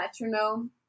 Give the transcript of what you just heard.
metronome